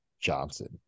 Johnson